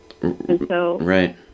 right